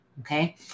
okay